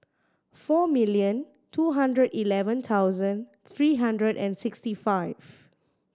four million two hundred eleven thousand three hundred and sixty five